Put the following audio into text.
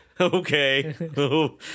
okay